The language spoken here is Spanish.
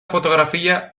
fotografía